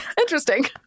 interesting